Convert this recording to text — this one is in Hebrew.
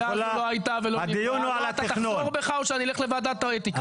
--- אתה תחזור בך או שאני אלך לוועדת האתיקה.